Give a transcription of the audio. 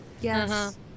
Yes